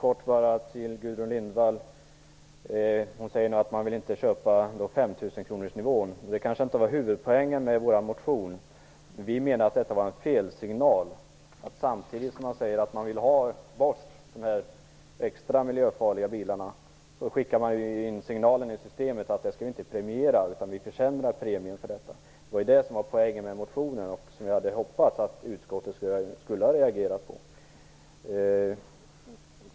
Fru talman! Gudrun Lindvall sade att man inte ville ställa sig bakom 5 000-kronorsnivån. Det var kanske inte denna som var huvudpoängen med vår motion. Vi anser att det är en felsignal att man samtidigt som man säger att man vill ha bort de extra miljöfarliga bilarna vill försämra premien. Det var det som var poängen med motionen. Jag hade hoppats att utskottet skulle ha reagerat på detta.